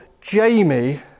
Jamie